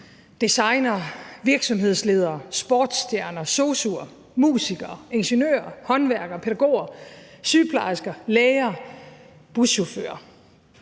designere, virksomhedsledere, sportsstjerner, sosu'er, musikere, ingeniører, håndværkere, pædagoger, sygeplejersker, læger, buschauffører.